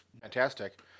fantastic